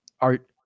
Art